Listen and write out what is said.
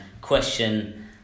Question